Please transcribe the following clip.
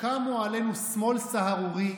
שקמו עלינו שמאל סהרורי,